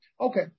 Okay